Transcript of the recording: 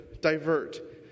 divert